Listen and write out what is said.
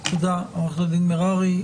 תודה, עו"ד מררי.